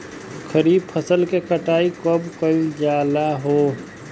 खरिफ फासल के कटाई कब कइल जाला हो?